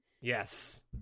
Yes